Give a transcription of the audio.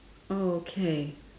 okay